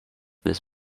this